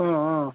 অঁ অঁ